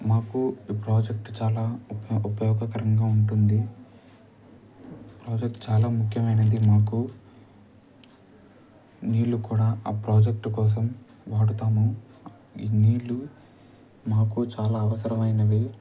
మాకు ఈ ప్రాజెక్ట్ చాలా ఉప ఉపయోగకరంగా ఉంటుంది ప్రాజెక్ట్ చాలా ముఖ్యమైనది మాకు నీళ్ళు కూడా ఆ ప్రాజెక్ట్ కోసం వాడుతాము ఈ నీళ్ళు మాకు చాలా అవసరమైనవి